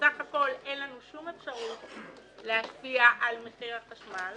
בסך הכול אין לנו שום אפשרות להשפיע על מחיר החשמל